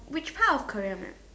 which part of Korea man